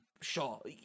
Sure